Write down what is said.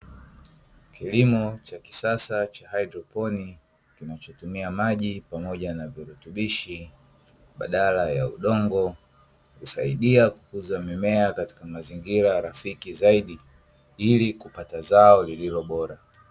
Kilimo cha kisasa cha kihaidroponiki kinachotumia maji pamoja na virutubishi badala ya udongo, Husaidia kukuza mimea katika mazingira rafiki zaidi ili kupata zao lililo bora.